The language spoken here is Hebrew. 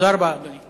תודה רבה, אדוני.